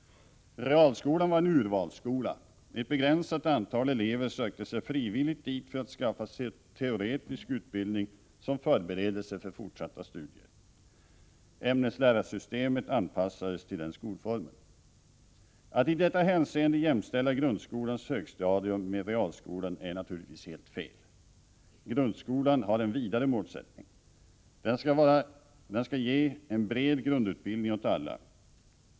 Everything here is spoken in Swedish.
Realskolan var en urvalsskola. Ett begränsat antal elever sökte sig frivilligt dit för att skaffa sig teoretisk utbildning som förberedelse för fortsatta studier. Ämneslärarsystemet anpassades till den skolformen. Att i detta hänseende jämställa grundskolans högstadium med realskolan är naturligtvis helt fel. Grundskolan har en vidare målsättning. Den skall ge en bred grundutbildning åt alla.